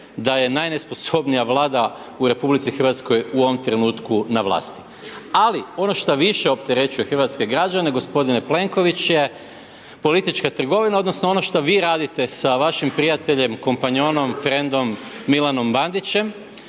da je najnesposobnija vlada u RH u ovom trenutku na vlasti. Ali ono što više opterećuje hrvatske građane gospodine Plenkoviću je politička trgovina odnosno ono što vi radite sa vašim prijateljem, kompanjonom, frendom Milanom Bandićem,